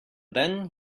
then